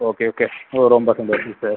okay okay oh ரொம்ப சந்தோசம் sir